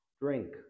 drink